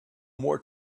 more